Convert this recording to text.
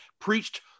preached